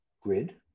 grid